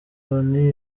loni